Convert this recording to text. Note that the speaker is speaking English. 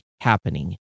happening